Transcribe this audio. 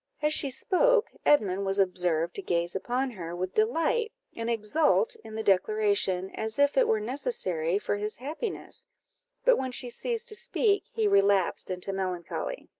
as she spoke, edmund was observed to gaze upon her with delight, and exult in the declaration, as if it were necessary for his happiness but when she ceased to speak, he relapsed into melancholy.